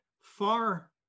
Far